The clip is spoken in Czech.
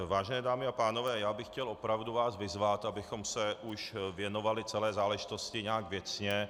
Vážené dámy a pánové, já bych vás chtěl opravdu vyzvat, abychom se už věnovali celé záležitosti nějak věcně.